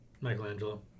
Michelangelo